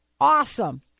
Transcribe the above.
Awesome